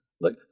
Look